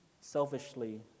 Selfishly